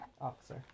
officer